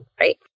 right